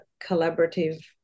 collaborative